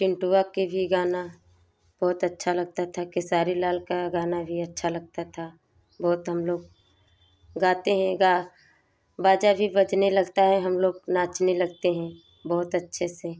चिंटुआ के भी गाना बहुत अच्छा लगता था खेसारी लाल का गाना भी अच्छा लगता था बहुत हम लोग गाते हैं गा बाजा भी बजने लगता है हम लोग नाचने लगते हैं बहुत अच्छे से